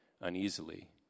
uneasily